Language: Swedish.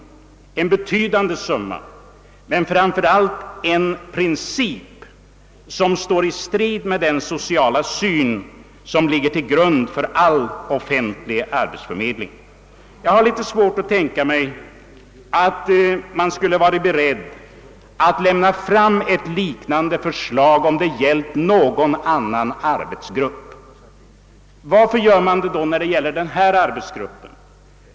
Det är en betydande summa, men framför allt står principen i strid med den sociala syn som ligger till grund för all offentlig arbetsförmedling. Jag har litet svårt att tänka mig att man skulle vara beredd att lägga fram ett liknande förslag om det gällt någon annan arbetstagargrupp. Varför gör man det då när det gäller denna grupp?